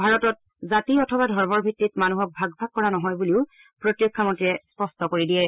ভাৰতত জাতি অথবা ধৰ্মৰ ভিত্তিত মানহক ভাগ ভাগ কৰা নহয় বুলিও প্ৰতিৰক্ষা মন্ত্ৰীয়ে স্পষ্ট কৰি দিয়ে